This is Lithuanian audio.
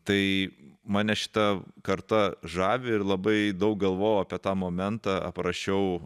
tai mane šita karta žavi ir labai daug galvojau apie tą momentą aprašiau